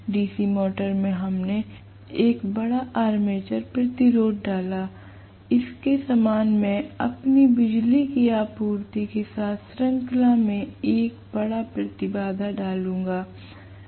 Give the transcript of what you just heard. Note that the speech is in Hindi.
DC मोटर में हमने एक बड़ा आर्मेचर प्रतिरोध डाला इसके समान मैं अपनी बिजली की आपूर्ति के साथ श्रृंखला में एक बड़ा प्रतिबाधा डालूंगा